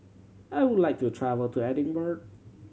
I would like to travel to Edinburgh